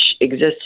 exists